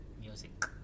Music